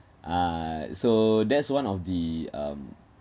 uh so that's one of the um